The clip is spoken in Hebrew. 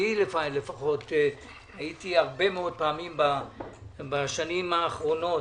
הייתי הרבה פעמים בשנים האחרונות,